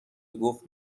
گفت